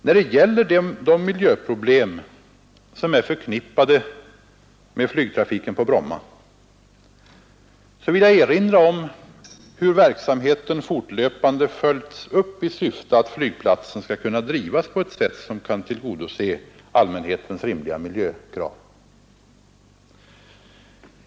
När det gäller de miljöproblem som är förknippade med flygtrafiken på Bromma, vill jag erinra om hur verksamheten fortlöpande följts upp i syfte att flygplatsen skall kunna drivas på ett sätt som kan tillgodose allmänhetens rimliga miljökrav.